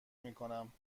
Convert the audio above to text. میکنم